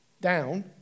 down